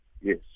Yes